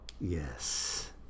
Yes